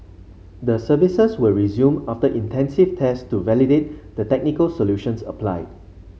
the services were resumed after intensive tests to validate the technical solutions applied